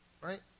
right